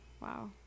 wow